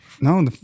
No